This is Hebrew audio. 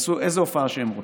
שיעשו איזו הופעה שהם רוצים,